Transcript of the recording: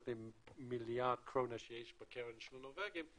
מיליארד קורונה שיש בקרן של הנורבגים,